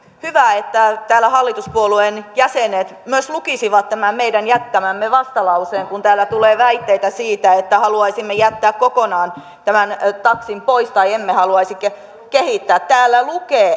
hyvä että täällä hallituspuolueen jäsenet myös lukisivat tämän meidän jättämämme vastalauseen kun täällä tulee väitteitä siitä että haluaisimme jättää kokonaan tämän taksin pois tai emme haluaisi kehittää täällä lukee